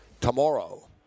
tomorrow